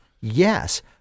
Yes